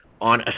on